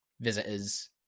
visitors